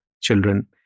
children